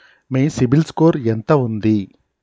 మీ CIBIL score ఎంత ఉంది?